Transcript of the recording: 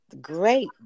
great